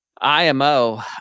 IMO